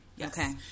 Okay